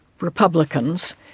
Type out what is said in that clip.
Republicans